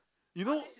you know